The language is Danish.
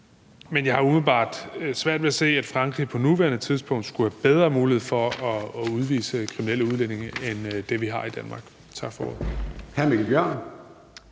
Men jeg har umiddelbart svært ved at se, at Frankrig på nuværende tidspunkt skulle have bedre mulighed for at udvise kriminelle udlændinge, end vi har i Danmark. Tak for ordet.